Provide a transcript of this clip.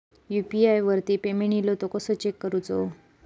UPI वरती payment इलो तो कसो चेक करुचो?